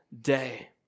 day